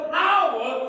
power